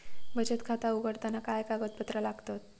बचत खाता उघडताना काय कागदपत्रा लागतत?